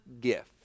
gift